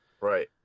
right